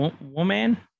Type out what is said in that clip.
woman